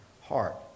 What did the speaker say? heart